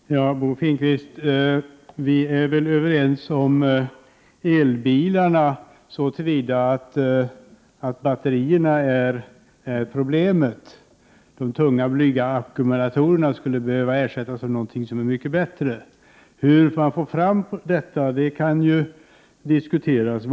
Herr talman! Bo Finnqvist och jag är väl överens om elbilarna så till vida att batterierna är problemet. De tunga blyackumulatorerna skulle behöva ersättas av någonting som är mycket bättre. Hur man får fram detta kan ju diskuteras.